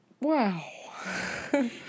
wow